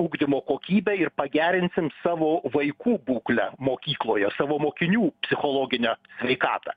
ugdymo kokybę ir pagerinsim savo vaikų būklę mokykloje savo mokinių psichologinę sveikatą